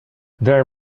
their